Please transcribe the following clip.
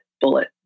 bullet